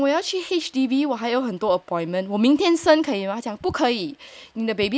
对我讲我要去 H_D_B 我还有很很多 appointment 我明天生可以吗他讲不可以你的 baby